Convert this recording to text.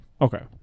Okay